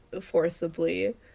forcibly